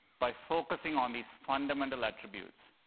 by focusing on these fundamental attributes,